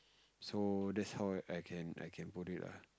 so that's how I can I can put it ah